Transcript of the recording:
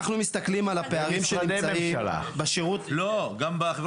משרדי ממשלה לא.